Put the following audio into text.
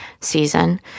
season